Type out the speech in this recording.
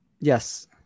Yes